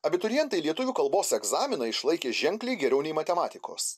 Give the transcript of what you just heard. abiturientai lietuvių kalbos egzaminą išlaikė ženkliai geriau nei matematikos